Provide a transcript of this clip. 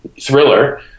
thriller